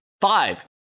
Five